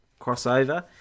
crossover